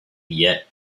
yet